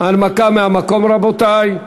הנמקה מהמקום, רבותי.